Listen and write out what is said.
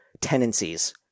tendencies